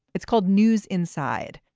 it's called news inside.